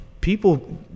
people